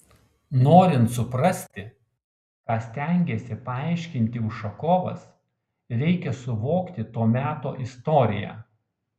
norint suprasti ką stengėsi paaiškinti ušakovas reikia suvokti to meto istoriją